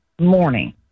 morning